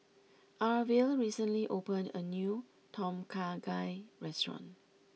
Arvil recently opened a new Tom Kha Gai restaurant